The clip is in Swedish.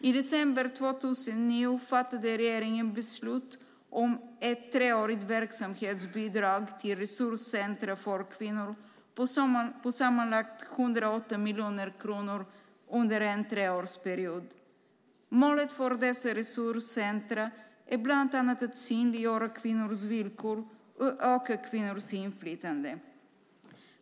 I december 2009 fattade regeringen beslut om ett treårigt verksamhetsbidrag till resurscentrum för kvinnor på sammanlagt 108 miljoner kronor under en treårsperiod. Målet för dessa resurscentrum är bland annat att synliggöra kvinnors villkor och öka kvinnors inflytande.